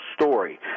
story